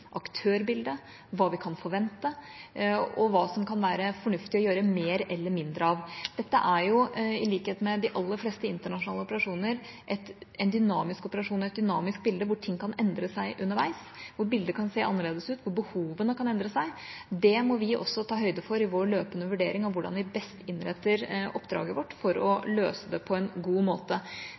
aktørbildet, hva vi kan forvente, og hva som kan være fornuftig å gjøre mer eller mindre av. Dette er jo, i likhet med de aller fleste internasjonale operasjoner, en dynamisk operasjon og et dynamisk bilde, hvor ting kan endre seg underveis, hvor bildet kan se annerledes ut, hvor behovene kan endre seg. Det må vi også ta høyde for i vår løpende vurdering av hvordan vi best innretter oppdraget vårt for å løse det på en god måte.